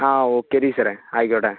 ആ ഓക്കെ ടീച്ചറെ ആയിക്കോട്ടെ